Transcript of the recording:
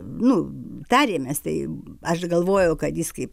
nu tarėmės tai aš galvojau kad jis kaip